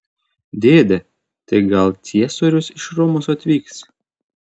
dėde tai gal ciesorius iš romos atvyks